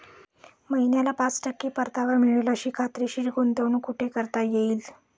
महिन्याला पाच टक्के परतावा मिळेल अशी खात्रीशीर गुंतवणूक कुठे करता येईल?